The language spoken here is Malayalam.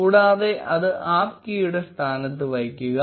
കൂടാതെ അത് ആപ്പ് കീയുടെ സ്ഥാനത്ത് വയ്ക്കുക